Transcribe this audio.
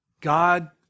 God